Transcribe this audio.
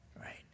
right